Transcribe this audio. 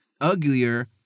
uglier